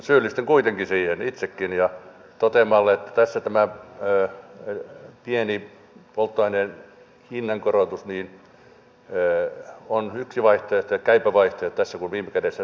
syyllistyn kuitenkin siihen itsekin toteamalla että tässä tämä pieni polttoaineen hinnankorotus on yksi vaihtoehto ja käypä vaihtoehto tässä kun viime kädessä nyt budjettia tasapainotetaan